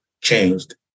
changed